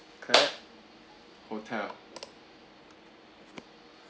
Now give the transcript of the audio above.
clap hotel